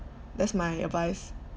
that's my advice